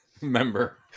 member